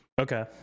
Okay